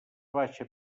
baixa